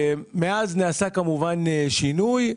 מאז נעשה כמובן שינוי.